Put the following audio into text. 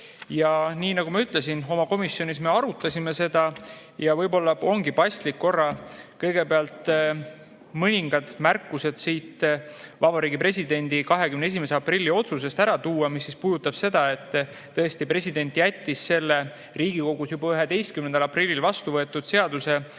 Nii nagu ma ütlesin, oma komisjonis me arutasime seda ja võib-olla ongi paslik korra kõigepealt ära tuua mõningad märkused Vabariigi Presidendi 21. aprilli otsusest, mis puudutab seda, et tõesti president jättis selle Riigikogus juba 11. aprillil vastu võetud seaduse